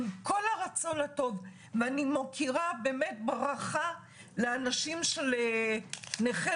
עם כל הרצון הטוב ואני מוקירה ברכה לאנשים של "נכה,